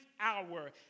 hour